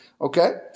okay